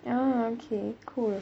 oh okay cool